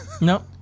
No